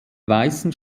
weißen